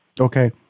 okay